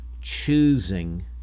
Choosing